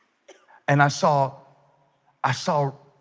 and i saw i saw